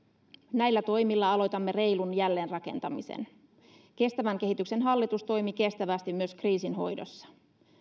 näillä toimilla aloitamme reilun jälleenrakentamisen kestävän kehityksen hallitus toimi kestävästi myös kriisin hoidossa